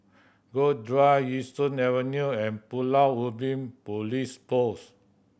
Grove Drive Yishun Avenue and Pulau Ubin Police Post